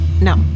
No